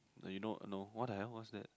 you know what the heck is that